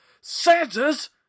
Santa's